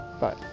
Bye